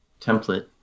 template